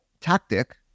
tactic